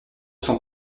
son